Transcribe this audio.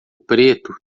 preto